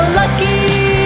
lucky